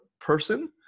person